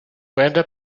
brenda